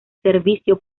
servicio